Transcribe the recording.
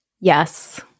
Yes